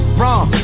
wrong